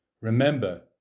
Remember